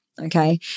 Okay